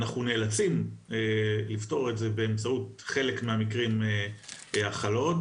אנחנו נאלצים לפתור את זה בחלק מהמקרים באמצעות האכלה.